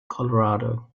colorado